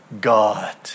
God